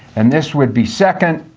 and this would be second.